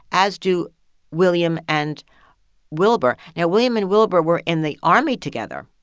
as do william and wilber. now, william and wilber were in the army together.